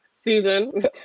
Susan